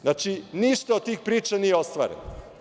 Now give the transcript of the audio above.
Znači, ništa od tih priča nije ostvareno.